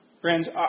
Friends